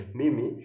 mimi